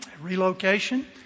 relocation